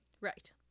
Right